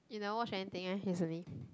you don't watch anything meh recently